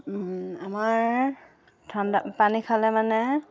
আমাৰ ঠাণ্ডা পানী খালে মানে